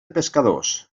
pescadors